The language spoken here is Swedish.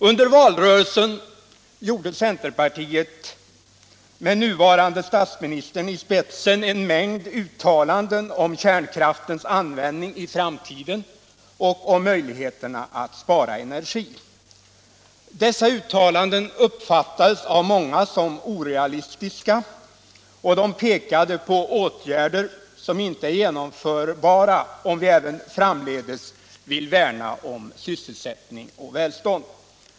Under valrörelsen gjorde centerpartiet med nuvarande statsministern i spetsen en mängd uttalanden om kärnkraftens användning i framtiden och om möjligheterna att spara energi. Dessa uttalanden uppfattades av många som orealistiska och de pekade på åtgärder som inte är genomförbara om vi även framdeles vill värna om sysselsättning och välstånd.